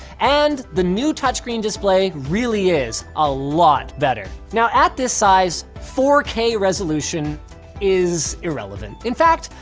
and the new touchscreen display really is a lot better. now at this size four k resolution is irrelevant. in fact,